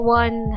one